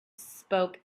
spoke